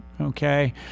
okay